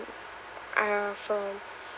uh from